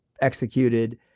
executed